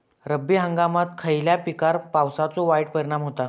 रब्बी हंगामात खयल्या पिकार पावसाचो वाईट परिणाम होता?